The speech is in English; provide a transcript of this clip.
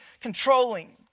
controlling